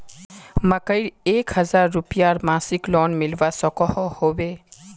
मकईर एक हजार रूपयार मासिक लोन मिलवा सकोहो होबे?